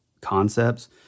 concepts